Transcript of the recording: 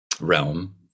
realm